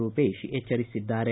ರೂಪೇಶ್ ಎಚ್ಚರಿಸಿದ್ದಾರೆ